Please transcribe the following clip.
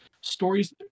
stories